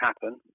happen